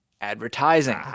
advertising